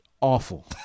awful